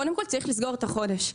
קודם כל צריך לסגור את החודש.